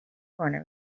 corner